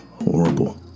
horrible